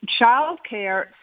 childcare